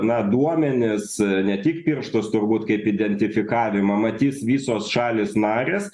na duomenis ne tik pirštus turbūt kaip identifikavimą matys visos šalys narės